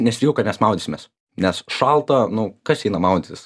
nesitikėjau kad mes maudysimės nes šalta nu kas eina maudytis